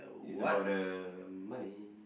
is about the money